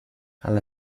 alla